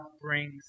brings